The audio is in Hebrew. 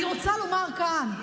אני רוצה לומר כאן,